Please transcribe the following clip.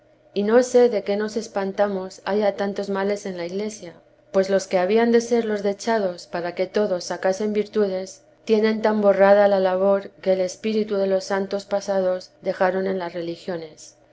y no sé de qué nos espantamos haya tantos males en la iglesia pues los que habían de ser los dechados para que todos sacasen virtudes tienen tan borrada la labor que el espíritu de los santos pasados dejaron en las religiones